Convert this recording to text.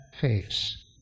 face